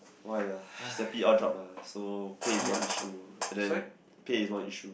why ah it's a p_r job lah so pay is one of the issue and then pay is one is one issue